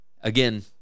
Again